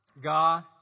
God